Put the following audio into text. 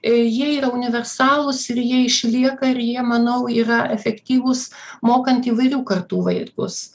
jie yra universalūs ir jie išlieka ir jie manau yra efektyvūs mokant įvairių kartų vaikus